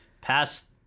Past